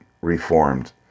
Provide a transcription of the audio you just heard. reformed